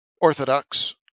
Orthodox